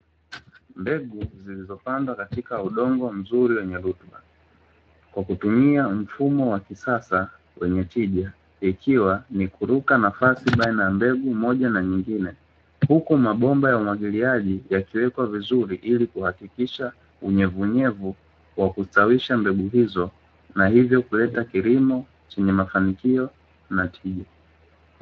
Mbegu zilizopandwa katika udongo mzuri wenye rutuba, kwa kutumia mfumo wa kisasa wenye tija, ikiwa ni kuruka nafasi baina ya mbegu moja na nyingine. Huku mabomba ya umwagiliaji yakiwekwa vizuri ili kuhakikisha unyevu unyevu kwa kustawisha mbegu hizo, na hivyo kuleta kilimo chenye mafanikio na tija.